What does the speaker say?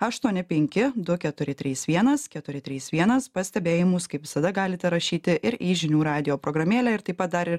aštuoni penki du keturi trys vienas keturi trys vienas pastebėjimus kaip visada galite rašyti ir į žinių radijo programėlę ir taip pat dar